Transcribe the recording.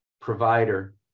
provider